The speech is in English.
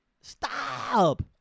stop